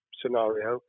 scenario